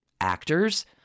Actors